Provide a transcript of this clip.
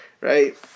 right